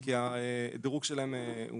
כי הדירוג שלהם הוא